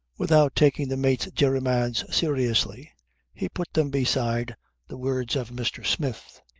without taking the mate's jeremiads seriously he put them beside the words of mr. smith.